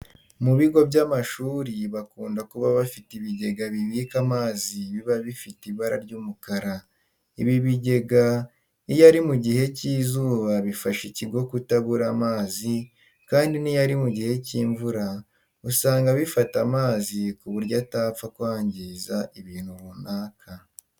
Mu bigo by'amashuri bakunda kuba bafite ibigega bibika amazi biba bifite ibara ry'umukara. Ibi bigega iyo ari mu gihe cy'izuba bifasha ikigo kutabura amazi kandi n'iyo ari mu gihe cy'imvura usanga bifata amazi ku buryo atapfa kwangiza ibintu runaka.